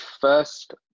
first